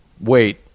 Wait